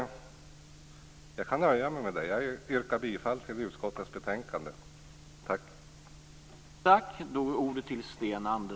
Jag nöjer mig med det. Jag yrkar bifall till utskottets hemställan i betänkandet.